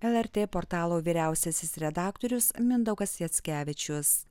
lrt portalo vyriausiasis redaktorius mindaugas jackevičius